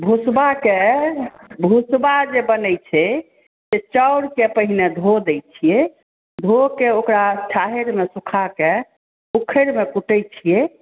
भुसबाके भुसबा जे बनै छै से चाउरके पहिने धो दै छियै धोके ओकरा छाहरिमे सुखाके उखरिमे कुटै छियै